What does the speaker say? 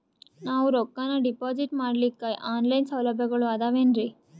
ನಾವು ರೊಕ್ಕನಾ ಡಿಪಾಜಿಟ್ ಮಾಡ್ಲಿಕ್ಕ ಆನ್ ಲೈನ್ ಸೌಲಭ್ಯಗಳು ಆದಾವೇನ್ರಿ?